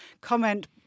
comment